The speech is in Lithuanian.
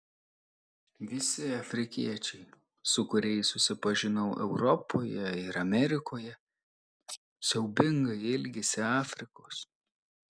visi afrikiečiai su kuriais susipažinau europoje ir amerikoje siaubingai ilgisi afrikos